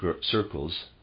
circles